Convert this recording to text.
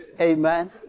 Amen